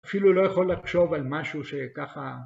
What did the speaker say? אפילו לא יכול לחשוב על משהו שככה